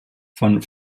von